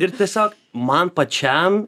ir tiesiog man pačiam